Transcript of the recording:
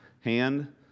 hand